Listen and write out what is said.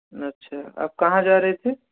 अच्छा आप कहाँ जा रहे थे